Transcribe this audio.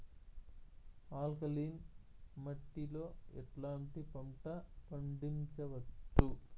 Alkaline మట్టి లో ఎట్లాంటి పంట పండించవచ్చు,?